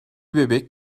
bebek